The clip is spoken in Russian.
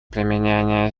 применение